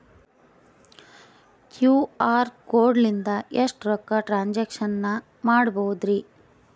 QR code ಲಿಂದ ಎಷ್ಟ ರೊಕ್ಕ ಟ್ರಾನ್ಸ್ಯಾಕ್ಷನ ಮಾಡ್ಬೋದ್ರಿ?